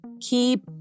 Keep